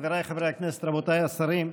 חבריי חברי הכנסת, רבותיי השרים,